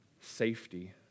Safety